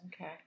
Okay